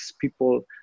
people